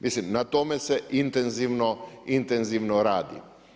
Mislim, na tome se intenzivno radi.